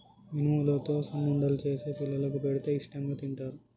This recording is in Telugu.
మినుములతో సున్నుండలు చేసి పిల్లలకు పెడితే ఇష్టాంగా తింటారు